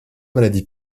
maladie